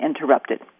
interrupted